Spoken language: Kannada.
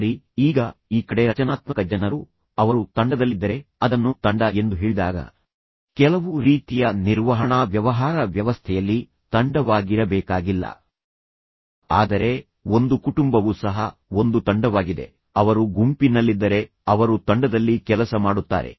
ಸರಿ ಈಗ ಈ ಕಡೆಃ ರಚನಾತ್ಮಕ ಜನರು ಅವರು ತಂಡದಲ್ಲಿದ್ದರೆ ನಾನು ಅದನ್ನು ತಂಡ ಎಂದು ಹೇಳಿದಾಗ ಕೆಲವು ರೀತಿಯ ನಿರ್ವಹಣಾ ವ್ಯವಹಾರ ವ್ಯವಸ್ಥೆಯಲ್ಲಿ ತಂಡವಾಗಿರಬೇಕಾಗಿಲ್ಲ ಆದರೆ ಒಂದು ಕುಟುಂಬವೂ ಸಹ ಜಾಲವು ಒಂದು ತಂಡವಾಗಿದೆ ಯಾವುದೇ ರೀತಿಯ ಮಾನವ ಸಂಬಂಧಗಳು ಅವರು ಗುಂಪಿನಲ್ಲಿದ್ದರೆ ಅವರು ತಂಡದಲ್ಲಿ ಕೆಲಸ ಮಾಡುತ್ತಾರೆ